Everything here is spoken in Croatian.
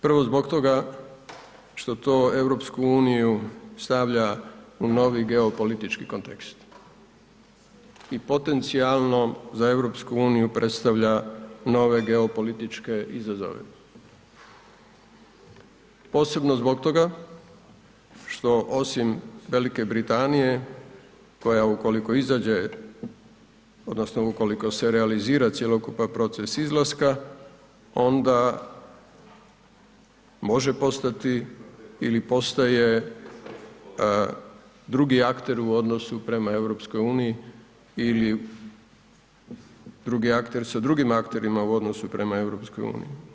Prvo zbog toga što to EU stavlja u novi geopolitički kontekst i potencijalno za EU predstavlja nove geopolitičke izazove, posebno zbog toga što osim Velike Britanije koja ukoliko izađe odnosno ukoliko se realizira cjelokupan proces izlaska onda može postati ili postaje drugi akter u odnosu prema EU ili drugi akter sa drugim akterima u odnosu prema EU.